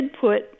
put